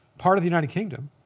part of the united kingdom,